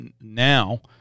now